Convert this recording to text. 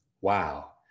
wow